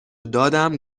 دادم